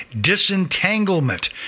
Disentanglement